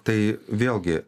tai vėlgi